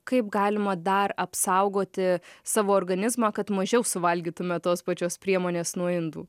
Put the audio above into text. kaip galima dar apsaugoti savo organizmą kad mažiau suvalgytume tos pačios priemonės nuo indų